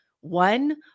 one